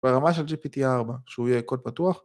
ברמה של gpt4 שהוא יהיה קוד פתוח